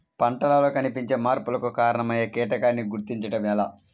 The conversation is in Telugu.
పంటలలో కనిపించే మార్పులకు కారణమయ్యే కీటకాన్ని గుర్తుంచటం ఎలా?